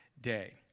day